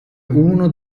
uno